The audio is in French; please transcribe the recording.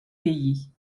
payées